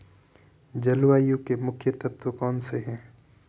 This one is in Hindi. जलवायु के मुख्य तत्व कौनसे हैं?